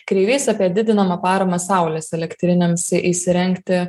kreivys apie didinamą paramą saulės elektrinėms įsirengti